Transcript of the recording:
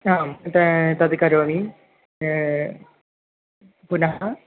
आं ता तद् करोमि पुनः